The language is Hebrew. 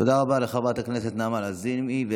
תודה רבה לחברת הכנסת נעמה לזימי.